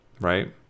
right